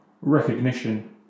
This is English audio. recognition